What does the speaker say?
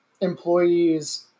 employees